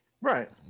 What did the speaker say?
right